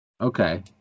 Okay